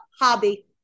hobby